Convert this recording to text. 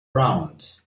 round